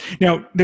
Now